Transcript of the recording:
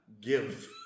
give